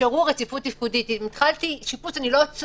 משרד ממשלתי, רשות